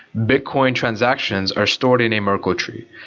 bitcoin transactions are stored in a merkel tree.